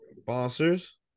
sponsors